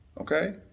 Okay